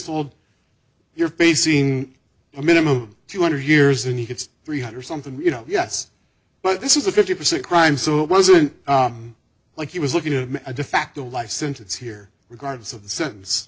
told you're facing a minimum two hundred years and he gets three hundred something you know yes but this is a fifty percent crime so it wasn't like he was looking for a defacto life sentence here regardless of the sentence